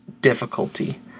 difficulty